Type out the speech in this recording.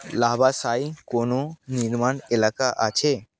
লাভাসায় কোনো নির্মাণ এলাকা আছে